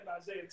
Isaiah